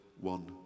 one